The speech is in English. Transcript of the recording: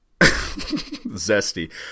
zesty